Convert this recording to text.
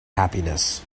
happiness